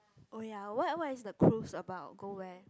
oh ya what what is the cruise about go where